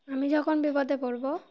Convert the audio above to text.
আমি যখন বিপদে পড়বো